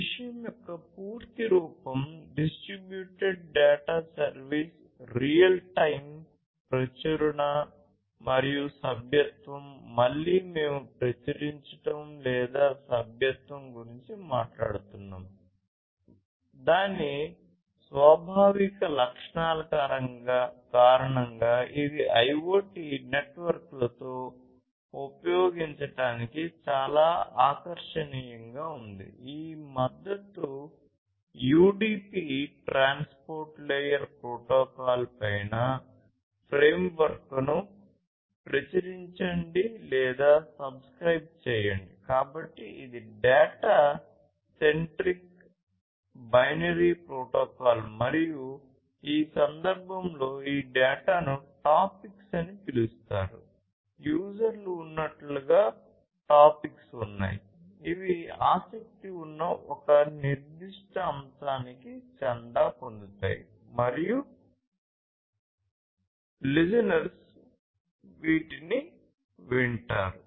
ఈ విషయం యొక్క పూర్తి రూపం distributed data service real time ప్రచురణ మరియు సభ్యత్వం వీటిని వింటారు